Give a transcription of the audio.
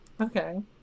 Okay